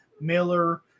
Miller